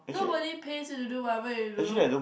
nobody pays you to do whatever you do